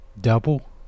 double